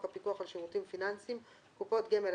הפיקוח על שירותים פיננסיים (קופות גמל),